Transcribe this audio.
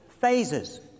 phases